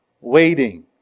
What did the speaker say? waiting